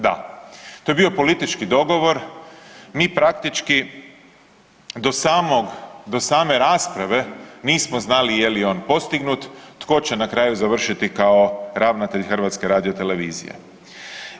Da, to je bio politički dogovor, mi praktički do samog, do same rasprave nismo znali je li on postignut, tko će na kraju završiti kao ravnatelj HRT-a.